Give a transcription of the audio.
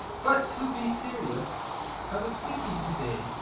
but to be serious i was thinking, to-day,